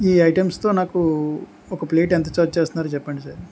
ఈ ఐటమ్స్తో నాకు ఒక ప్లేట్ ఎంత ఛార్జ్ చేస్తున్నారు చెప్పండి సార్